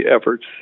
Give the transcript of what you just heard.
efforts